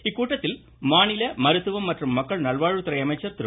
இக்கூட்டத்தில் மாநில மருத்துவம் மற்றும் மக்கள் நல்வாழ்வுத்துறை அமைச்சர் திரு